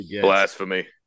blasphemy